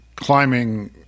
climbing